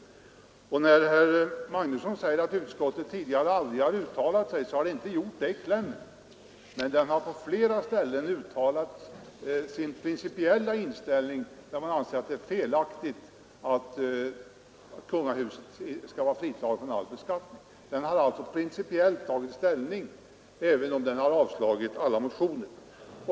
Herr Magnusson i Borås säger att utskottet aldrig tidigare har uttalat sig i detta avseende. Ja, utskottet har inte uttalat sig i någon kläm, men utskottet har på flera ställen uttalat sin principiella inställning och ansett att det är felaktigt att kungahuset skall vara fritaget från all beskattning. Utskottet har alltså principiellt tagit ställning, även om det avstyrkt alla motioner.